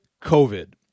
COVID